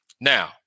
now